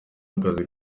akazi